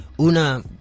Una